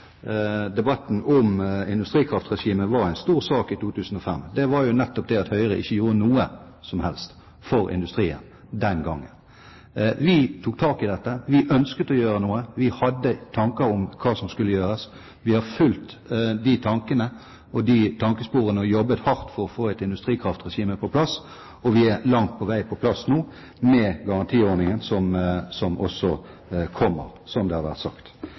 debatten om industrikraftregimet var en stor sak i 2005. Det var jo nettopp det at Høyre ikke gjorde noe som helst for industrien, den gangen. Vi tok tak i dette, vi ønsket å gjøre noe, og vi hadde tanker om hva som skulle gjøres. Vi har fulgt de tankene og de tankesporene, og jobbet hardt for å få et industrikraftregime på plass, og vi er langt på vei på plass nå med garantiordningen som også kommer, som det har vært sagt.